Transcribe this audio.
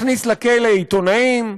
מכניס לכלא עיתונאים,